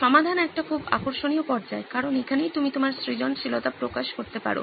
সমাধান একটি খুব আকর্ষণীয় পর্যায় কারণ এখানেই তুমি তোমার সৃজনশীলতা প্রকাশ করতে পারো